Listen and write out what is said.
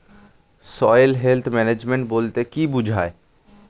Soil health management বলতে কি বুঝায়?